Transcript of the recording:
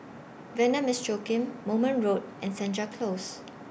Vanda Miss Joaquim Moulmein Road and Senja Close